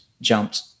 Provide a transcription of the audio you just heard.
jumped